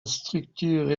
structure